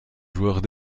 joueurs